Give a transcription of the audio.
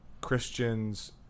Christians